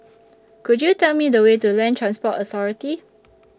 Could YOU Tell Me The Way to Land Transport Authority